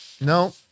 No